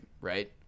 right